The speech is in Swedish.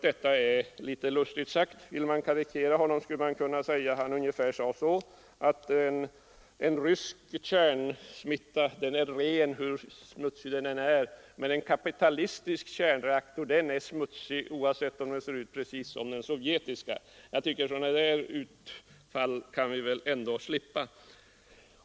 Detta är en ganska lustig tankegång. I karikatyr skulle hans uppfattning kunna framställas så att en rysk kärnsmitta är ren, hur smutsig den än är, men en kapitalistisk kärnreaktor är smutsig oavsett om den ser ut som den sovjetiska. Sådana utfall kunde vi väl ändå få slippa.